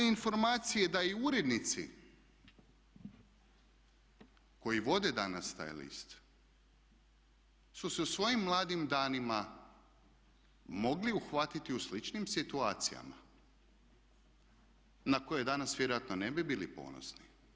Postoji informacija da i urednici koji vode danas taj list su se u svojim mladim danima mogli uhvatiti u sličnim situacijama na koje danas vjerojatno ne bi bili ponosni.